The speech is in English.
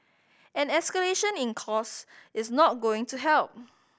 any escalation in cost is not going to help